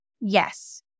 Yes